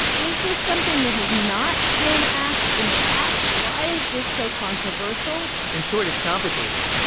is this something that has not been asked in the past? why is this so controversial? in short. it's complicated.